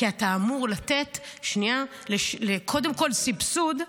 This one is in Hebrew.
כי אתה אמור לתת קודם כול סבסוד,